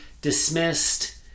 dismissed